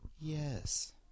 Yes